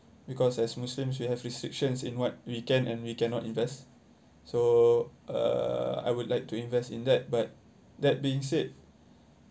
because as muslims we have restrictions in what we can and we cannot invest so uh I would like to invest in that but that being said